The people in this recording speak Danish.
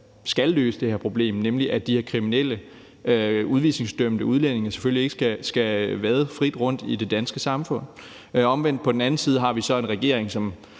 skal løse det her problem, nemlig at de her kriminelle udvisningsdømte udlændinge selvfølgelig ikke skal vade frit rundt i det danske samfund. På den anden side har vi så en regering, som